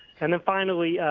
and finally,